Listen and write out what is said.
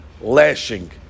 lashing